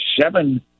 seven